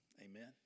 Amen